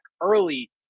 early